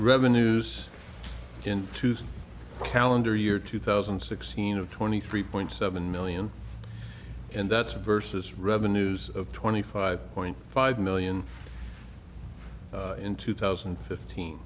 revenues in the calendar year two thousand and sixteen of twenty three point seven million and that's versus revenues of twenty five point five million in two thousand and fifteen